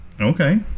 Okay